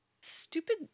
stupid